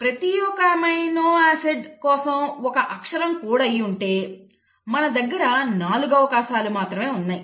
ప్రతి ఒక amino acid కోసం ఒక అక్షరం కోడ్ అయి ఉంటే మన దగ్గర 4 అవకాశాలు మాత్రమే ఉంటాయి